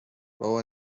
بابا